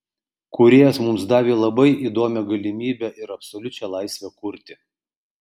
kūrėjas mums davė labai įdomią galimybę ir absoliučią laisvę kurti